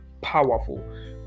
powerful